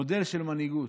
מודל של מנהיגות,